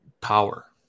power